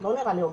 לא נראה לי הוגן.